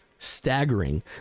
staggering